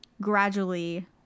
gradually –